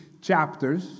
chapters